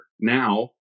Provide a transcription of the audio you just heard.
Now